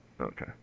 okay